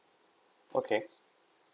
okay